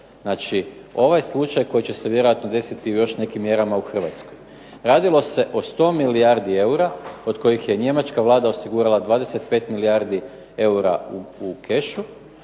Znači ovaj slučaj koji će se vjerojatno desiti u još nekim mjerama u Hrvatskoj. Radilo se o 100 milijardi eura od kojih je njemačka Vlada osigurala 25 milijardi eura u kešu,